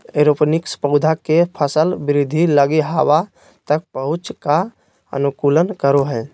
aeroponics पौधा के सफल वृद्धि लगी हवा तक पहुंच का अनुकूलन करो हइ